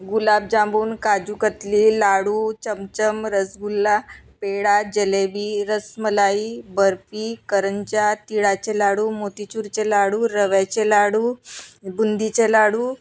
गुलाबजामून काजू कतली लाडू चमचम रसगुल्ला पेढा जिलेबी रसमलाई बर्फी करंज्या तिळाचे लाडू मोतीचूरचे लाडू रव्याचे लाडू बुंदीचे लाडू